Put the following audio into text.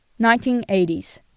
1980s